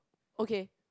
okay